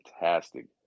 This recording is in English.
fantastic